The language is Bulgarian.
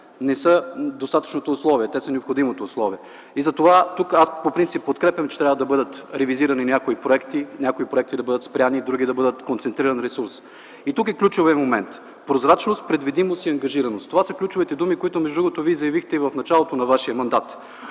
не са достатъчното условие, те са необходимото условие. Аз по принцип подкрепям, че трябва да бъдат ревизирани някои проекти, някои проекти да бъдат спрени, други да бъдат концентриран ресурс. Тук е ключовият момент – прозрачност, предвидимост и ангажираност. Това са ключовите думи, които, между друго, Вие заявихте и в началото на вашия мандат.